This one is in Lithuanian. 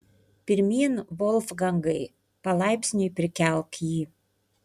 pirmyn volfgangai palaipsniui prikelk jį